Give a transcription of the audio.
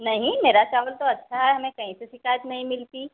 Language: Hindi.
नहीं मेरा चावल तो अच्छा है हमें कहीं से शिकायत नहीं मिलती